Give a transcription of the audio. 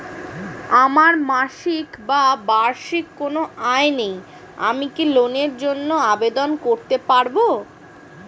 আমার মাসিক বা বার্ষিক কোন আয় নেই আমি কি লোনের জন্য আবেদন করতে পারব?